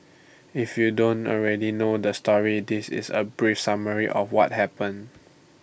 if you don't already know the story this is A brief summary of what happened